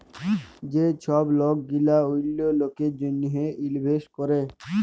যে ছব লক গিলা অল্য লকের জ্যনহে ইলভেস্ট ক্যরে